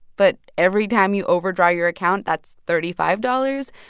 but every time you overdraw your account, that's thirty five dollars.